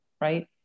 right